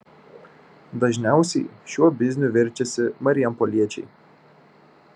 dažniausiai šiuo bizniu verčiasi marijampoliečiai